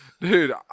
Dude